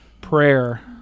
prayer